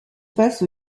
face